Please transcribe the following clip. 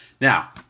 Now